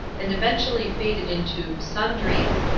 and eventually faded into sundries,